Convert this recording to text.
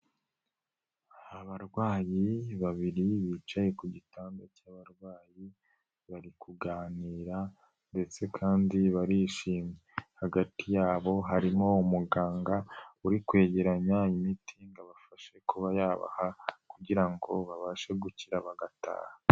Abarwayi babiri bicaye ku gitanda cy'abarwayi, bari kuganira ndetse kandi barishimye. Hagati yabo harimo umuganga uri kwegeranya imiti ngo abafashe kuba yabaha kugira ngo babashe gukira bagataha.